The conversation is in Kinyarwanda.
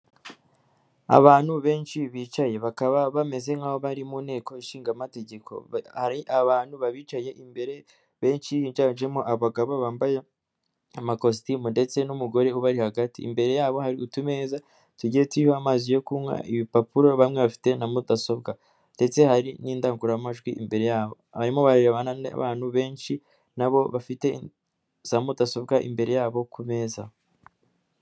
Abantu benshi bicaye bakaba bameze nk'abari mu nteko ishinga amategeko hari abantu babicaye imbere benshi biganjemo abagabo bambaye amakositimu ndetse n'umugore uba hagati imbere yabo hari utumeza tugiye turimo amazi yo kunywa, ibipapuro bamwe bafite na mudasobwa ndetse hari n'indangururamajwi imbere yabo barimo bareba n'abantu benshi nabo bafite za mudasobwa imbere yabo ku meza.